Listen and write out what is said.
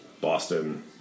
Boston